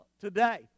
today